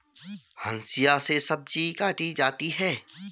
हंसिआ से सब्जी काटी जाती है